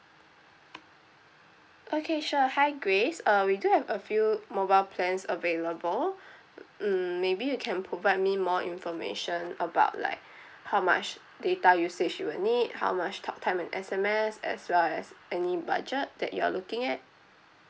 okay sure hi grace uh we do have a few mobile plans available hmm maybe you can provide me more information about like how much data usage you will need how much talk time and S_M_S as well as any budget that you're looking at